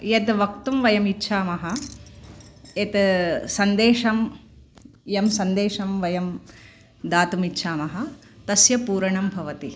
यद् वक्तुं वयम् इच्छामः यत् सन्देशं यं सन्देशं वयं दातुम् इच्छामः तस्य पूरणं भवति